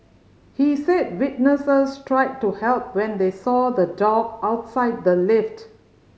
he said witnesses tried to help when they saw the dog outside the lift